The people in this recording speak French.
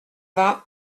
vingt